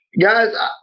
Guys